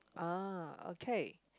uh okay